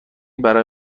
برای